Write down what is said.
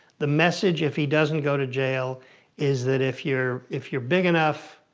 the message if he doesn't go to jail is that if you're if you're big enough,